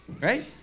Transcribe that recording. right